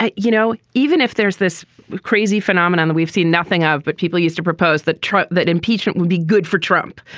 ah you know, even if there's this crazy phenomenon that we've seen nothing of, but people used to propose that trump that impeachment would be good for trump,